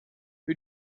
who